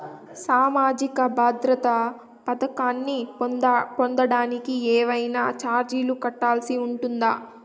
సామాజిక భద్రత పథకాన్ని పొందడానికి ఏవైనా చార్జీలు కట్టాల్సి ఉంటుందా?